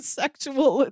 sexual